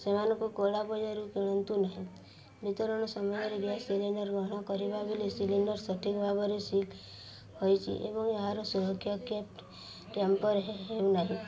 ସେମାନଙ୍କୁ କଳା ବଜାରରୁ କିଣନ୍ତୁ ନାହିଁ ବିତରଣ ସମୟରେ ଗ୍ୟାସ୍ ସିଲିଣ୍ଡର ଗ୍ରହଣ କରିବା ବେଳେ ସିଲିଣ୍ଡର ସଠିକ୍ ଭାବରେ ସିଲ୍ ହୋଇଛି ଏବଂ ଏହାର ସୁରକ୍ଷା ଟ୍ୟାମ୍ପର ହେଉନାହିଁ